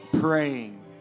praying